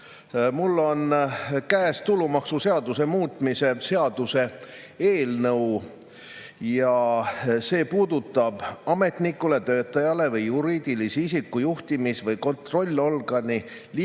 Mul on käes tulumaksuseaduse muutmise seaduse eelnõu ja see puudutab ametnikule, töötajale või juriidilise isiku juhtimis- või kontrollorgani liikmele